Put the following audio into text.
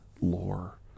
lore